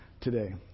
today